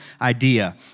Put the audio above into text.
idea